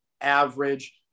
average